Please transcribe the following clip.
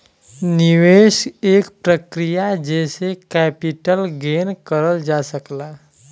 निवेश एक प्रक्रिया जेसे कैपिटल गेन करल जा सकला